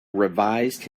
revised